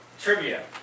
Trivia